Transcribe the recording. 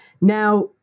Now